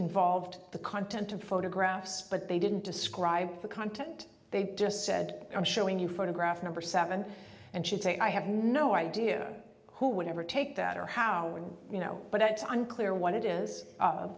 involved the content of photographs but they didn't describe the content they just said i'm showing you photograph number seven and should say i have no idea who would ever take that or how would you know but it's unclear what it is